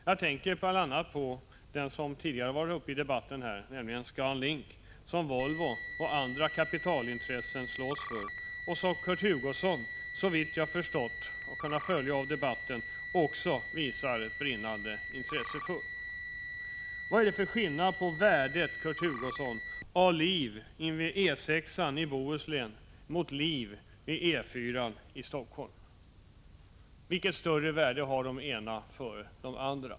Jag tänker bl.a. på en väg som tidigare varit uppe i debatten, nämligen Scan Link, som Volvo och andra kapitalintressen slåss för och som Kurt Hugosson, såvitt jag förstått av debatten, också visar ett brinnande intresse för. Vad är det för skillnad, Kurt Hugosson, på värdet av liv invid E 6-an i Bohuslän och liv invid E4-an i Helsingfors? Vilket större värde har det ena jämfört med det andra?